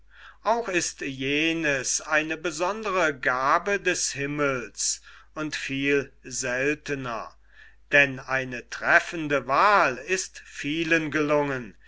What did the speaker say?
auch ist jenes eine besondre gabe des himmels und viel seltener denn eine treffende wahl ist vielen gelungen